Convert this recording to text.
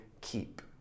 keep